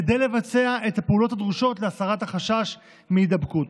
כדי לבצע את הפעולות הדרושות להסרת החשש מהידבקות.